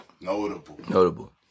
Notable